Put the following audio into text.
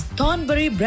Thornbury